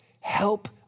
Help